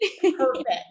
perfect